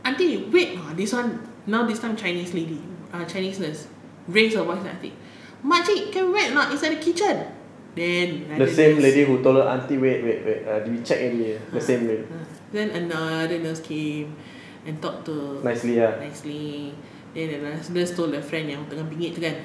aunty wait ah this one now this time chinese lady chinese nurse raise her voice at the aunty makcik can wait or not it's at the kitchen ha ha then another nurse came and talked to nicely nicely then another nurse told the friend yang tengah bingit itu kan